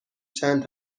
چند